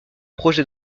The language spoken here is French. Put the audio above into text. projet